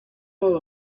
all